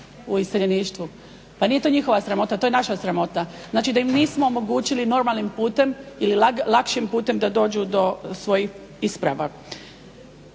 u iseljeništvu. Pa nije to njihova sramota, to je naša sramota. Znači da im nismo omogućili normalnim putem ili lakšim putem da dođu do svojih isprava.